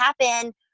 happen